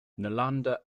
nalanda